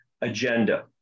agenda